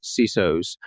CISOs